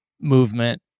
movement